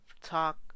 talk